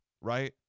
right